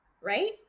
Right